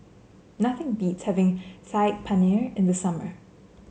nothing beats having Saag Paneer in the summer